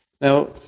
Now